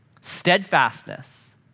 Steadfastness